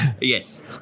Yes